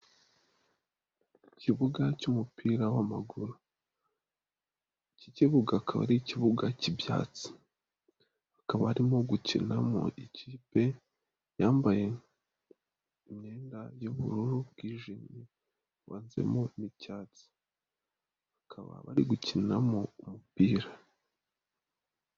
Ikibuga cy'umupira w'amaguru, iki kibuga akaba ari ikibuga k'ibyatsi, kaba harimo gukinamo ikipe yambaye imyenda y'ubururu bwijimye yivanzemo n'icyatsi, bakaba bari gukiniramo umupira.